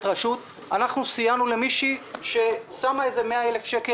הרשות סייענו למישהי שהפקידה 100,000 שקלים,